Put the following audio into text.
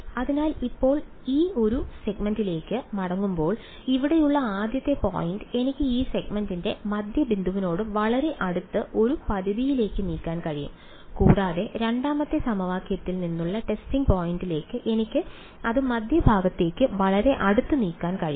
അതിനാൽ ഇപ്പോൾ ഈ ഒരു സെഗ്മെന്റിലേക്ക് മടങ്ങുമ്പോൾ ഇവിടെയുള്ള ആദ്യത്തെ പോയിന്റ് എനിക്ക് ഇത് സെഗ്മെന്റിന്റെ മധ്യബിന്ദുവിനോട് വളരെ അടുത്ത് ഒരു പരിധിയിലേക്ക് നീക്കാൻ കഴിയും കൂടാതെ രണ്ടാമത്തെ സമവാക്യത്തിൽ നിന്നുള്ള ടെസ്റ്റിംഗ് പോയിന്റിലേക്ക് എനിക്ക് അത് മധ്യഭാഗത്തേക്ക് വളരെ അടുത്ത് നീക്കാൻ കഴിയും